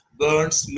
burns